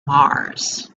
mars